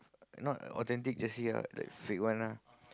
not authentic jersey ah like fake one ah